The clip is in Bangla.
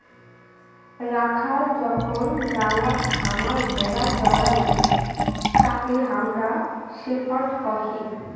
রাখাল যখন ডাঙাত খামার ভেড়া চোরাই তাকে হামরা শেপার্ড কহি